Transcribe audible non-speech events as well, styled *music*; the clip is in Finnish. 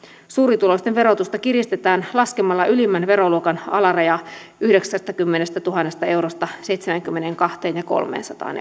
suurituloisten verotusta kiristetään laskemalla ylimmän veroluokan alaraja yhdeksästäkymmenestätuhannesta eurosta seitsemäänkymmeneenkahteentuhanteenkolmeensataan *unintelligible*